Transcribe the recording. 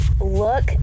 Look